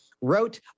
wrote